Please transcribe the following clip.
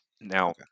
now